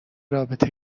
رابطه